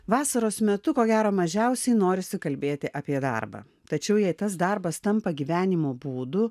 vasaros metu ko gero mažiausiai norisi kalbėti apie darbą tačiau jei tas darbas tampa gyvenimo būdu